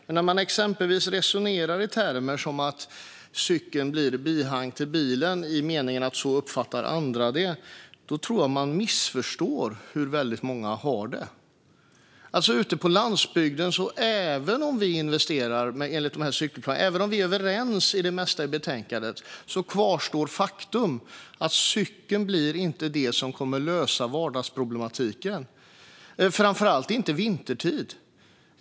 Men när man exempelvis resonerar i termer av att cykeln blir bihang till bilen i meningen att det är så andra uppfattar det tror jag att man missförstår hur väldigt många har det. Även om vi är överens om det mesta i betänkandet kvarstår faktum att cykeln inte kommer att lösa vardagsproblematiken, framför allt inte vintertid.